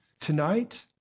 Tonight